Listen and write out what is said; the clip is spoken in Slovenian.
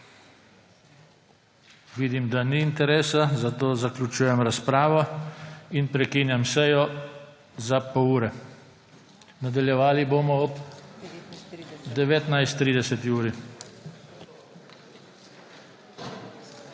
Vidim, da ni interesa, zato zaključujem razpravo. Prekinjam sejo za pol ure. Nadaljevali bomo ob 19.30.